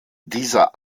dieser